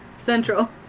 central